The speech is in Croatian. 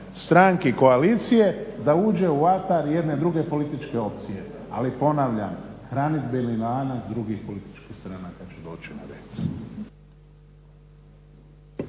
stranki koalicije da uđe u atar jedne druge političke opcije. Ali ponavljam hranidbeni lanac drugih političkih stranaka će doći na red.